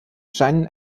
scheinen